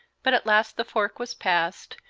but at last the fork was passed,